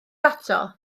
ato